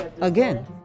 again